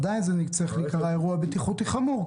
עדיין זה צריך להיקרא אירוע בטיחותי חמור,